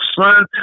son